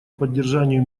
поддержанию